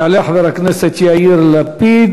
יעלה חבר הכנסת יאיר לפיד,